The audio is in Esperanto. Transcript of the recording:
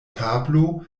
tablo